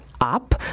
up